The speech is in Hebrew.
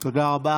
תודה רבה.